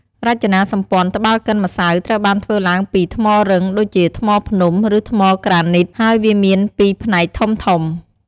រចនាសម្ព័ន្ធត្បាល់កិនម្សៅត្រូវបានធ្វើឡើងពី ថ្មរឹង ដូចជាថ្មភ្នំ ឬថ្មក្រានីត ហើយវាមានពីរផ្នែកធំៗ។